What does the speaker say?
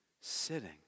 sitting